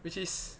which is